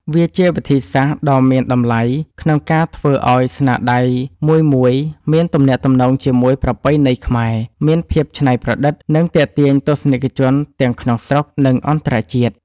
វាជាវិធីសាស្រ្តដ៏មានតម្លៃក្នុងការធ្វើឲ្យស្នាដៃមួយៗមានទំនាក់ទំនងជាមួយប្រពៃណីខ្មែរ មានភាពច្នៃប្រឌិត និងទាក់ទាញទស្សនិកជនទាំងក្នុងស្រុក និងអន្តរជាតិ។